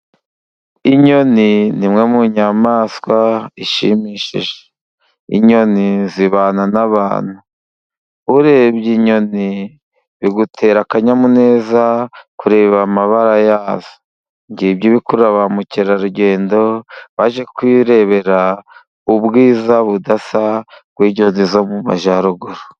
Inyoni ni imwe mu nyayamaswa ishimishije, inyoni zibana n'abantu, urebye inyoni bigutera akanyamuneza, kureba amabara yazo, ngibyo ibikurura ba mukerarugendo, baje kwirebera ubwiza budasa, bw'inyoni zo mu majyaruguru.